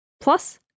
plus